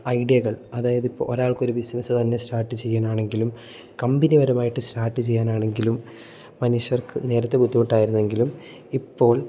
ഐഡിയകൾ അതായത് ഇപ്പം ഒരാൾക്ക് ഒരു ബിസിനസ്സ് തന്നെ സ്റ്റാർട്ട് ചെയ്യാൻ ആണെങ്കിലും കമ്പനിപരമായിട്ട് സ്റ്റാർട്ട് ചെയ്യാൻ ആണെങ്കിലും മനുഷ്യർക്ക് നേരത്തെ ബുദ്ധിമുട്ടായിരുന്നു എങ്കിലും ഇപ്പോൾ